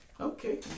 Okay